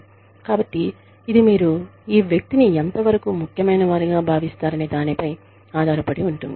కాబట్టి ఇది మీరు ఈ వ్యక్తిని ఎంతవరకు ముఖ్యమైన వారిగా భావిస్తారనే దానిపై ఆధారపడి ఉంటుంది